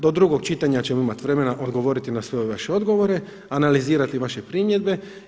Do drugog čitanja ćemo imati vremena odgovoriti na sve ove vaše odgovore, analizirati vaše primjedbe.